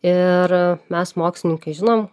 ir mes mokslininkai žinom